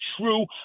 true